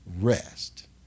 rest